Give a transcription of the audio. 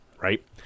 right